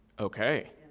Okay